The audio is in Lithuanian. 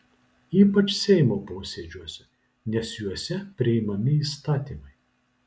ypač seimo posėdžiuose nes juose priimami įstatymai